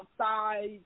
outside